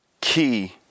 key